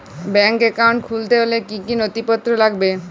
Bank account খুলতে হলে কি কি নথিপত্র লাগবে?